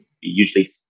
usually